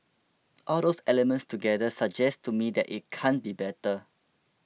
all those elements together suggest to me that it can't be better